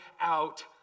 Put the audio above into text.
out